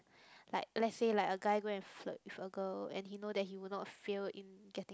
like let say like a guy go and flirt with a girl and he know that he would not fail in getting